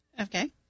Okay